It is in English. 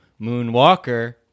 Moonwalker